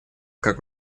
как